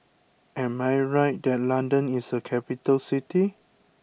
am I right that London is a capital city